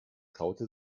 traute